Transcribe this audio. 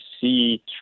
see